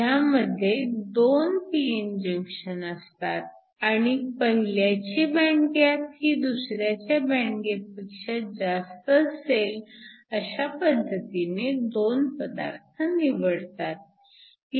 ह्यामध्ये दोन pn junction असतात आणि पहिल्याची बँड गॅप ही दुसऱ्याच्या बँड गॅप पेक्षा जास्त असेल अशा पद्धतीने दोन पदार्थ निवडतात